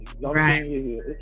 right